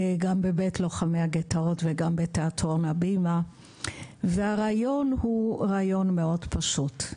גם בבית לוחמי הגטאות וגם בתיאטרון הבימה והרעיון הוא רעיון מאוד פשוט.